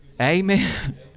Amen